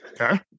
Okay